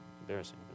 embarrassing